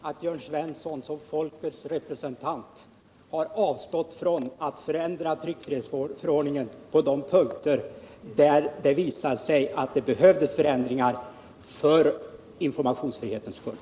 Herr talman! Jag vill bara notera att Jörn Svensson som folkets representant har avstått från att förändra tryckfrihetsförordningen på de punkter där det har visat sig att det behövs förändringar för informationsfrihetens skull.